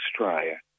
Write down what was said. Australia